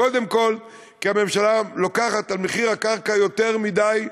קודם כול כי הממשלה לוקחת במחיר הקרקע יותר מדי.